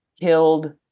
killed